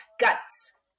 guts